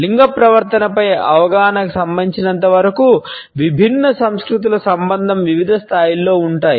లింగ ప్రవర్తనపై అవగాహనకు సంబంధించినంతవరకు విభిన్న సంస్కృతుల సంబంధం వివిధ స్థాయిలలో ఉంటాయి